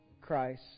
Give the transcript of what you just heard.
Christ